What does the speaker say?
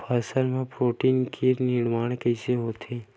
फसल मा प्रोटीन के निर्माण कइसे होथे?